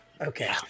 Okay